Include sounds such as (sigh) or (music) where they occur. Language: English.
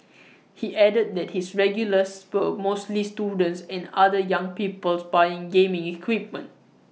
(noise) he added that his regulars were mostly students and other young people buying gaming equipment